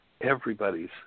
everybody's